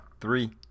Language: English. Three